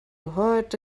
heute